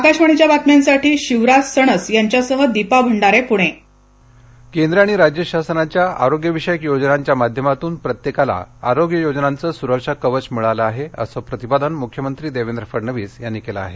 आकाशवाणीच्या बातम्यांसाठी शिवराज सणस यांच्या सह दीपा भंडारे पुणे मुख्यमंत्री आरोग्य शिबीर केंद्र आणि राज्य शासनाच्या आरोग्यविषयक योजनांच्या माध्यमातून प्रत्येकाला आरोग्य योजनांचं सुरक्षा कवच मिळालं आहे असं प्रतिपादन मुख्यमंत्री देवेंद्र फडणवीस यांनी केलं आहे